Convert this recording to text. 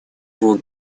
его